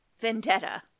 vendetta